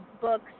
books